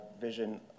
vision